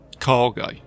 cargo